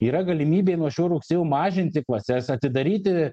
yra galimybė nuo šio rugsėjo mažinti klases atidaryti